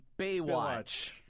Baywatch